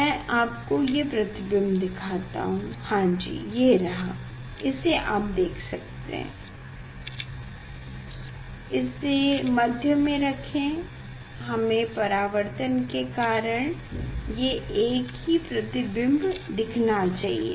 मैं आपको ये प्रतिबिंब दिखाता हूँ हां जी ये रहा इसे आप देख सकते हैं इसे मध्य में रखे हमें परावर्तन के कारण ये एक ही प्रतीबिंब दिखना चाहिए